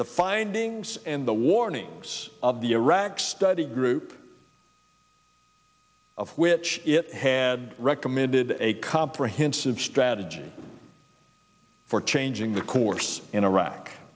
the findings and the warnings of the iraq study group of which it had recommended a comprehensive strategy for changing the course in iraq